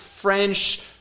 French